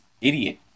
idiot